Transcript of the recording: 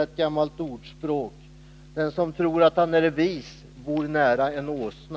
Ett gammalt ordspråk säger: Den som tror att han är vis, bor nära en åsna.